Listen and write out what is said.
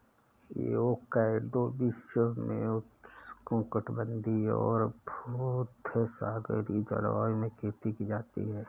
avocado विश्व में उष्णकटिबंधीय और भूमध्यसागरीय जलवायु में खेती की जाती है